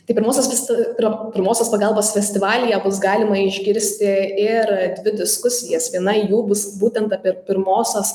tai pirmosios pirmosios pagalbos festivalyje bus galima išgirsti ir dvi diskusijas viena jų bus būtent apie pirmosios